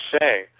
say